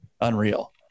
unreal